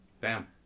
Bam